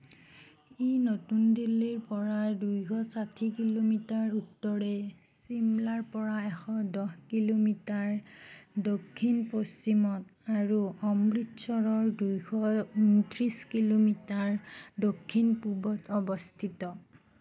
ই নতুন দিল্লীৰ পৰা দুইশ ষাঠি কিলোমিটাৰ উত্তৰে চিমলাৰ পৰা এশ দহ কিলোমিটাৰ দক্ষিণ পশ্চিমত আৰু অমৃতসৰৰ দুশ ঊনত্ৰিছ কিলোমিটাৰ দক্ষিণ পূবত অৱস্থিত